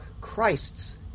Christ's